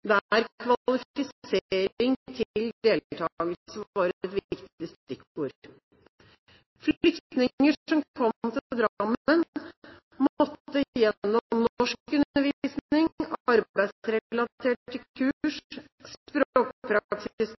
kvalifisering til deltakelse var et viktig stikkord. Flyktninger som kom til Drammen, måtte gjennom norskundervisning, arbeidsrelaterte kurs,